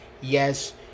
yes